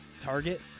target